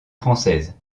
française